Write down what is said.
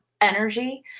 energy